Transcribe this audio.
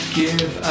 give